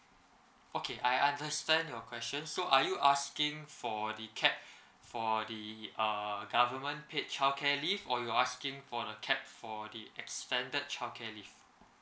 okay I understand your question so are you asking for the capped for the err government paid childcare leave or you're asking for the capped for the extended childcare leave